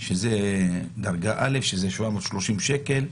הם בדרגה א' 730 שקל,